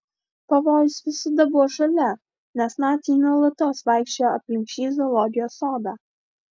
pavojus visada buvo šalia nes naciai nuolatos vaikščiojo aplink šį zoologijos sodą